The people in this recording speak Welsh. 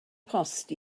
post